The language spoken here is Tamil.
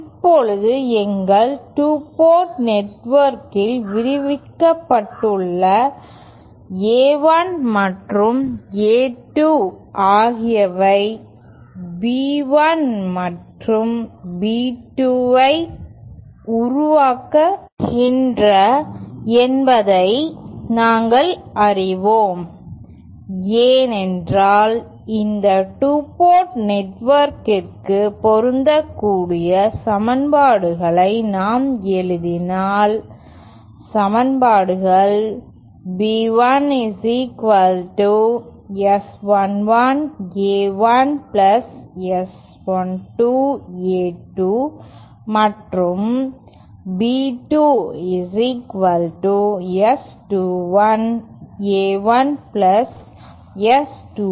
இப்போது எங்கள் 2 போர்ட் நெட்வொர்க்கில் விவரிக்கப்பட்டுள்ளபடி A1 மற்றும் A2 ஆகியவை B1 மற்றும் B2 ஐ உருவாக்குகின்றன என்பதை நாங்கள் அறிவோம் ஏனென்றால் இந்த 2 போர்ட் நெட்வொர்க்கிற்கு பொருந்தக்கூடிய சமன்பாடுகளை நாம் எழுதினால் சமன்பாடுகள் B1 S11 A1 S12 A2 மற்றும் B2 S21 A1 S22 A2